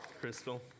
Crystal